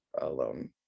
alone